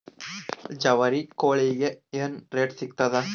ಜವಾರಿ ಕೋಳಿಗಿ ಏನ್ ರೇಟ್ ಸಿಗ್ತದ?